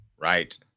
right